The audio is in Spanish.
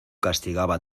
castigaba